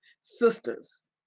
sisters